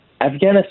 Afghanistan